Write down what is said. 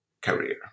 career